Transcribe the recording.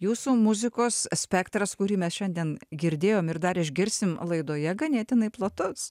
jūsų muzikos spektras kurį mes šiandien girdėjom ir dar išgirsim laidoje ganėtinai platus